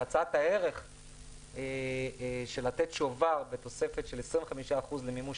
שהצעת הערך של לתת שובר בתוספת של 25% למימוש